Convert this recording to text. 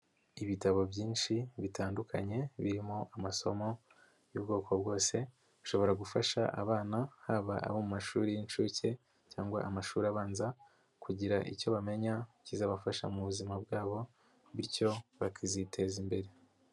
Ibitabo byinshi bitandukanye birimo amasomo y'ubwoko bwose, bishobora gufasha abana, haba abo mu mashuri y'inshuke cyangwa amashuri abanza kugira icyo bamenya kizabafasha mu buzima bwabo, bityo bakaziteza imbere.